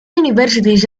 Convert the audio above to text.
universities